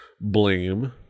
blame